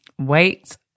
wait